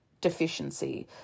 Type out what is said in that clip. deficiency